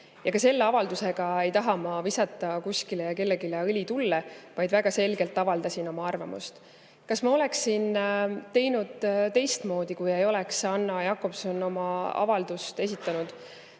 Ja ka selle avaldusega ei taha ma visata kuskile ja kellelegi õli tulle, ma lihtsalt väga selgelt avaldasin oma arvamust. Kas ma oleksin teinud teistmoodi, kui Alla Jakobson ei oleks oma avaldust esitanud?